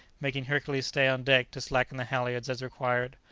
making hercules stay on deck to slacken the halyards as required.